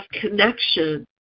connection